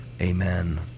Amen